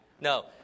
No